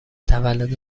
تولد